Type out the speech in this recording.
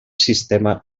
sistema